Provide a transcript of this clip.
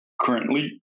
currently